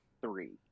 three